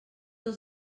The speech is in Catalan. els